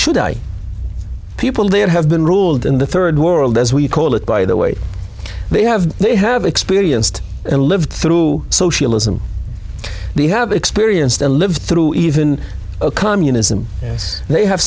should i people that have been ruled in the third world as we call it by the way they have they have experienced and lived through socialism they have experienced and lived through even communism as they have